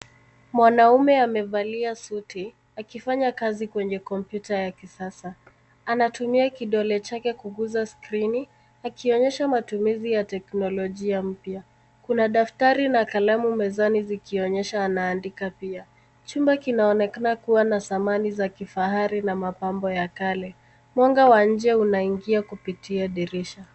Mwanamume amevalia suti, akifanya kazi kwenye kompyuta ya kisasa. Anatumia kidole chake kuguza skrini, akionyesha matumizi ya teknolojia mpya. Kuna daftari na kalamu mezani zikionyesha anaandika pia. Chumba kinaonekana kuwa na samani za kifahari na mapambo ya kale. Mwanga wa nje unaingia kupitia dirisha.